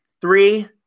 Three